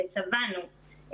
וצבענו,